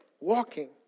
Walking